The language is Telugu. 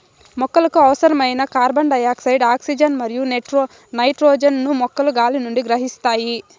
మొక్కలకు అవసరమైన కార్బన్డయాక్సైడ్, ఆక్సిజన్ మరియు నైట్రోజన్ ను మొక్కలు గాలి నుండి గ్రహిస్తాయి